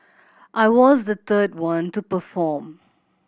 I was the third one to perform